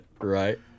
right